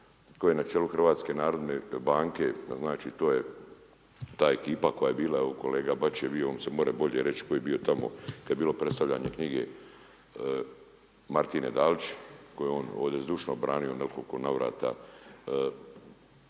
tko je na čelu HNB-a? Znači to je ta ekipa koja je bila, evo kolega Bačić je bio, on se more bolje reći, tko je bio tamo, kada je bilo predstavljanje knjige Martine Dalić koje je on ovdje s dušno branio u nekoliko navrata,